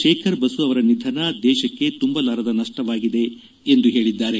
ತೇಖರ್ ಬಸು ಅವರ ನಿಧನ ದೇಶಕ್ಕೆ ತುಂಬಲಾರದ ನಪ್ಪವಾಗಿದೆ ಎಂದು ಹೇಳಿದ್ದಾರೆ